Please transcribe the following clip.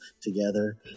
together